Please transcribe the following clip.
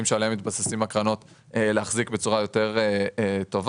שעליהם מתבססות הקרנות להחזיק בצורה יותר טובה.